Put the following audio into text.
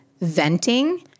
venting